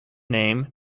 name